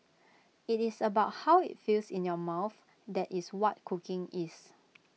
IT is about how IT feels in your mouth that is what cooking is